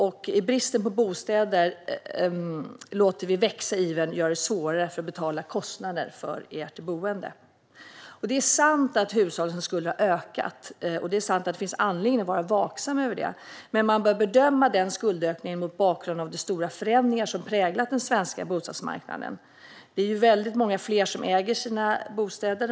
Och bristen på bostäder låter vi bli större i ivern att göra det svårare för er att betala kostnaderna för ert boende. Det är sant att hushållens skulder har ökat, och det är sant att det finns anledning att vara vaksam över detta. Men man bör bedöma denna skuldökning mot bakgrund av de stora förändringar som har präglat den svenska bostadsmarknaden. Väldigt många fler äger sina bostäder.